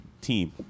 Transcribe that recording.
team